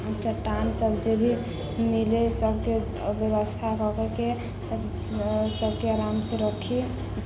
चट्टान सब जे भी मिलै सबके व्यवस्था कऽ के के सबके आराम से रखी